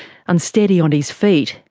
unsteady on his feet,